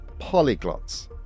polyglots